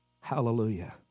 Hallelujah